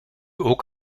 ook